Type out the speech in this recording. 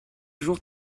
jour